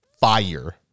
fire